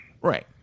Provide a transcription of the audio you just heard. Right